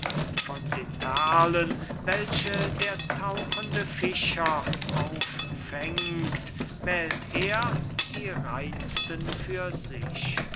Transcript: von den perlen welche der tauchender fischer auffängt wählt er die reinsten für sich